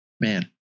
man